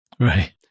Right